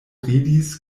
ridis